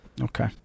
okay